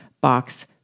box